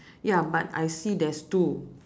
ya but I see there's two